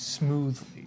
Smoothly